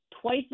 twice